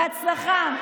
בהצלחה.